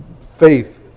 faith